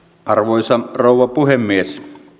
arvoisa rouva puhemies